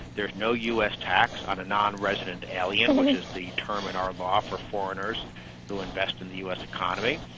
there's no us tax on a non-resident alien, which is the term in our law for foreigners who invest in the us economy,